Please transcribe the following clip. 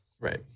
right